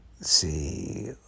see